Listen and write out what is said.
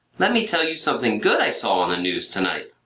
let me tell you something good i saw on the news tonight.